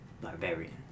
barbarian